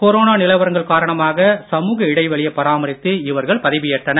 corona நிலவரங்கள் காரணமாக சமுக இடைவெளியை பராமரித்து இவர்கள் பதவி ஏற்றனர்